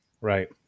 right